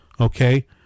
okay